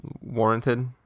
Warranted